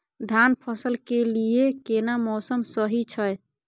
धान फसल के लिये केना मौसम सही छै?